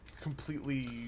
completely